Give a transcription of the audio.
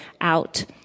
out